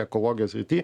ekologijos srity